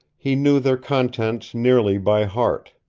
he knew their contents nearly by heart.